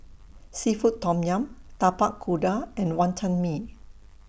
Seafood Tom Yum Tapak Kuda and Wantan Mee